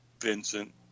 Vincent